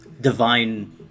divine